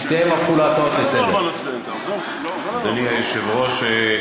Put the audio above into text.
אדוני היושב-ראש,